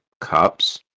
cups